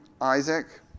Isaac